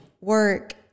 work